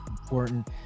important